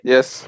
Yes